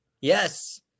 Yes